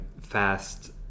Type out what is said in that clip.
fast